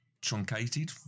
truncated